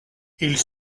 ils